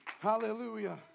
hallelujah